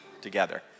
together